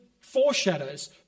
foreshadows